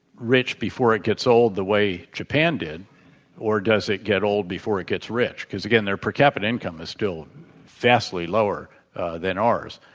rich before it gets old the way japan did or does it get old before it gets rich? because, again, their per capita income is still vastly lower than ours.